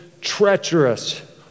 treacherous